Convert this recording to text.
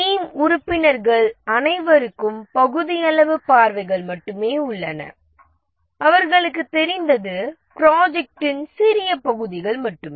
team உறுப்பினர்கள் அனைவருக்கும் பகுதியளவு பார்வைகள் மட்டுமே உள்ளன அவர்களுக்குத் தெரிந்தது ப்ராஜெக்ட்டின் சிறிய பகுதிகள் மட்டுமே